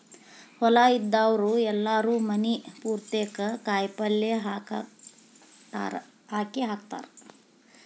ಹೊಲಾ ಇದ್ದಾವ್ರು ಎಲ್ಲಾರೂ ಮನಿ ಪುರ್ತೇಕ ಕಾಯಪಲ್ಯ ಹಾಕೇಹಾಕತಾರ